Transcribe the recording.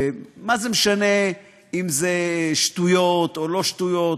מה זה משנה אם זה שטויות או לא שטויות.